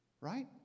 right